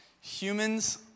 humans